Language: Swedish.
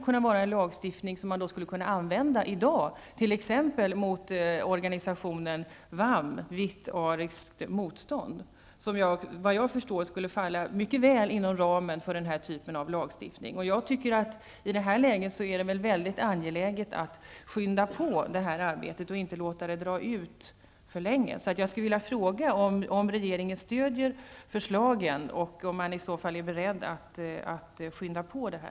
Denna lagstiftning skulle kunna användas i dag t.ex. mot organisationen VAM, vitt ariskt motstånd, som såvitt jag förstår skulle falla mycket väl inom ramen för denna typ av lagstiftning. Jag anser att det i detta läge är mycket angeläget att skynda på detta arbete och att inte låta det dra ut på tiden för mycket. Jag skulle vilja fråga om regeringen stöder förslagen och om regeringen i så fall är beredd att skynda på detta.